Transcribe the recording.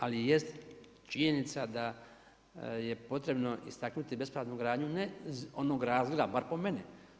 Ali jest činjenica da je potrebno istaknuti besplatnu gradnju ne iz onog razloga bar po meni.